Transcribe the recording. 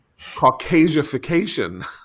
Caucasification